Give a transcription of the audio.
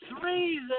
three